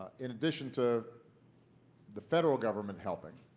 in addition to the federal government helping,